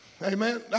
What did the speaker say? Amen